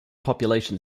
population